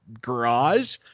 garage